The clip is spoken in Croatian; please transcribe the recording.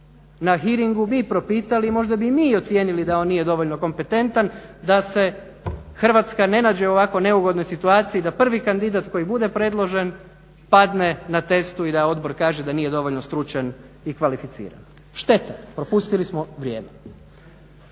na hearingu mi propitali i možda bi mi ocijenili da on nije dovoljno kompetentan da se Hrvatska ne naše u ovako nezgodnoj situaciju da prvi kandidat koji bude predložen padne na testu i da odbor kaže da nije dovoljno stručan i kvalificiran. Šteta, propustili smo vrijeme.